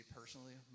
personally